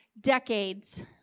decades